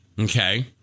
Okay